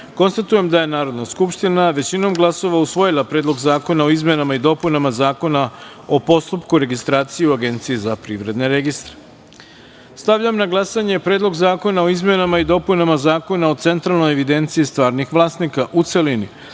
jedan. Konstatujem da je Narodna skupština većinom glasova usvojila Predlog zakona o izmenama i dopunama Zakona o postupku registracije u Agenciji za privredne registre. Stavljam na glasanje Predlog zakona o izmenama i dopunama Zakona o Centralnoj evidenciji stvarnih vlasnika, u celini. Molim